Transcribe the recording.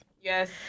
yes